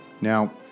Now